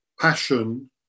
passion